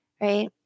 right